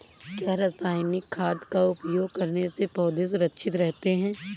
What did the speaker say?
क्या रसायनिक खाद का उपयोग करने से पौधे सुरक्षित रहते हैं?